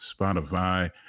Spotify